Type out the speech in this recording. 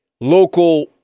local